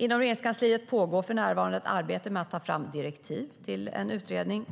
Inom Regeringskansliet pågår för närvarande ett arbete med att ta fram direktiv till en utredning.